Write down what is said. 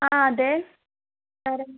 ആ അതെ ആരാണ്